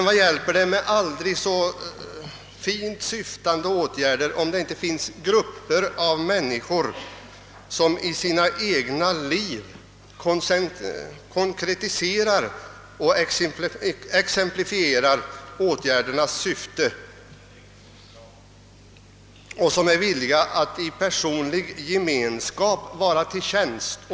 Vad hjälper det med aldrig så högt syftande åtgärder, om det inte finns grupper av människor som i sina egna liv konkretiserar och exemplifierar åtgärdernas syfte och är villiga att i personlig gemenskap vara till tjänst?